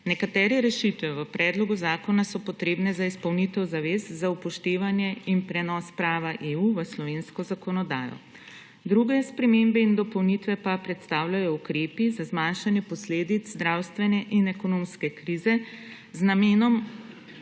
Nekatere rešitve v predlogu zakona so potrebne za izpolnitev zavez za upoštevanje in prenos prava EU v slovensko zakonodajo, druge spremembe in dopolnitve pa predstavljajo ukrepi za zmanjšanje posledic zdravstvene in ekonomske krize z namenom,